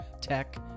tech